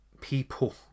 people